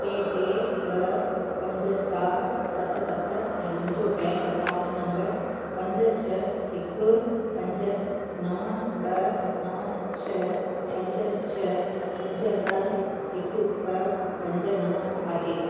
टे टे ॿ पंज चार सत सत ऐं मुंहिंजो बैंक अकाऊंट नम्बर पंज छह हिकु पंज नव ॿ नव छह पंज छह पंज ॿ हिकु ॿ पंज नव आहे